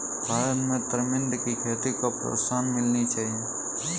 भारत में तरमिंद की खेती को प्रोत्साहन मिलनी चाहिए